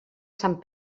sant